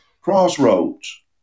Crossroads